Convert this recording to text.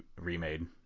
remade